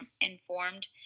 informed